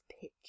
pitch